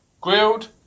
Grilled